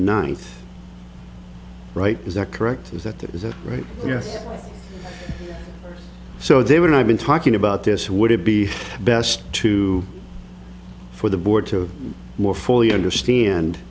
ninth right is that correct is that there is a right yes so they would have been talking about this would it be best to for the board to more fully understand